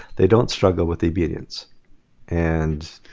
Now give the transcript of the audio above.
they don't struggle with obedience and